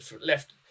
left